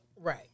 Right